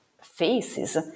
faces